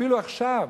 אפילו עכשיו,